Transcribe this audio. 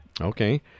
Okay